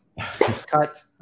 Cut